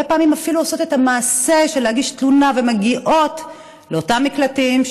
והרבה פעמים אפילו עושות את המעשה של להגיש תלונה ומגיעות לאותם מקלטים,